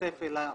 התווספה אליה